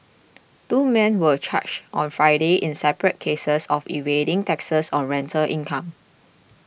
two men were charged on Friday in separate cases of evading taxes on rental income